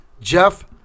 Jeff